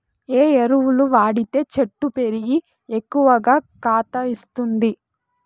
ఏ ఎరువులు వాడితే చెట్టు పెరిగి ఎక్కువగా కాత ఇస్తుంది?